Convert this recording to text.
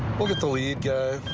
we'll get the lead guy.